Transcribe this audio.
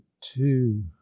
Two